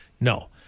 no